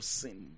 sin